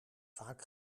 vaak